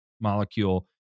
molecule